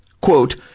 quote